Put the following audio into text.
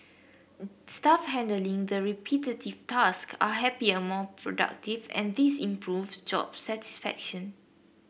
staff handling the repetitive task are happier more productive and this improves job satisfaction